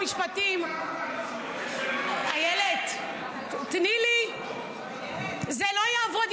המשפטים, איילת, תני לי, זה לא יעבוד.